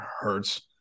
hurts